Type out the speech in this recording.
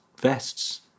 vests